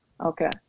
Okay